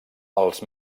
els